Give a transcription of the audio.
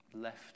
Left